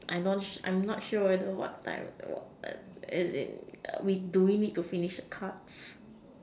I non I'm not sure what time what as in we do we need to finish the cards